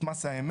את מס האמת,